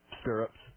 stirrups